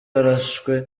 arashwe